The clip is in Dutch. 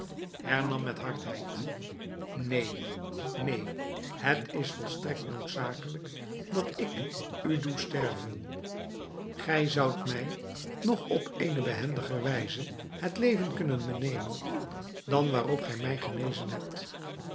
hernam met hardheid neen neen het is volstrekt noodzakelijk dat ik u doe sterven gij zoudt mij nog op eene behendiger wijze het leven kunnen benemen dan waarop gij mij genezen hebt